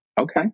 Okay